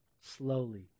slowly